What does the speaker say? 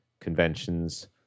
conventions